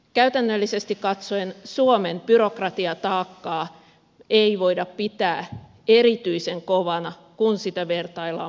käytännöllisesti katsoen suomen byrokratiataakkaa ei voida pitää erityisen kovana kun sitä vertaillaan muihin maihin